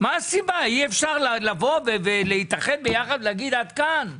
אי אפשר לבוא ולהתאחד ולומר: עד כאן?